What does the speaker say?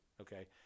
okay